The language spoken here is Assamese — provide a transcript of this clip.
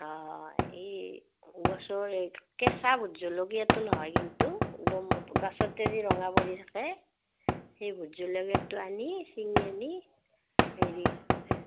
অঁ অঁ এই গছৰ এই কেঁচা ভোট জলকীয়াটো নহয় কিন্তু একদম গছতে যি ৰঙা পৰি থাকে সেই ভোট জলকীয়াটো আনি চিঙি আনি হেৰি